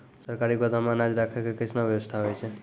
सरकारी गोदाम मे अनाज राखै के कैसनौ वयवस्था होय छै?